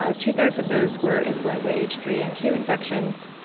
ah two-thirds of those were influenza h three n two infections,